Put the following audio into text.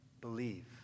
believe